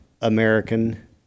American